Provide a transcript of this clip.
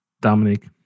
Dominique